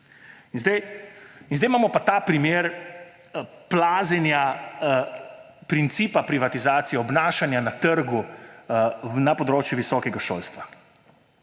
Zdaj imamo pa ta primer plazenja principa privatizacije, obnašanja na trgu na področju visokega šolstva.